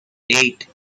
eight